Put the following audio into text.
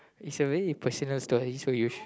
it's a very personal story so you s~